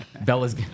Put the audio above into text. Bella's